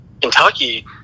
kentucky